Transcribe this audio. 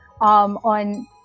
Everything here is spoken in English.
on